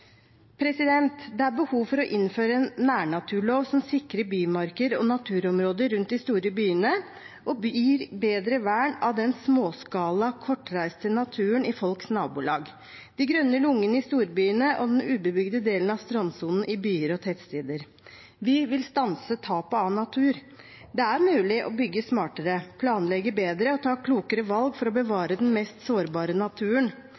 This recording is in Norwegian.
Det er behov for å innføre en nærnaturlov som sikrer bymarker og naturområder rundt de store byene og gir bedre vern av den småskala, kortreiste naturen i folks nabolag, de grønne lungene i storbyene og den ubebygde delen av strandsonen i byer og tettsteder. Vi vil stanse tapet av natur. Det er mulig å bygge smartere, planlegge bedre og ta klokere valg for å bevare den mest sårbare naturen.